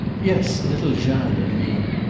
yes little jeanne and me.